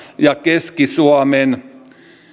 ja keski suomen tilannetta